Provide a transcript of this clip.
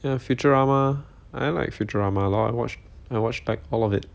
ya futurama I like futurama a lot I watch I watched like all of it